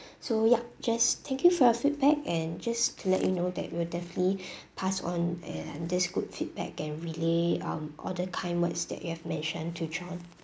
so yup just thank you for your feedback and just to let you know that we will definitely pass on uh this good feedback and relay all the kind words that you have mentioned to john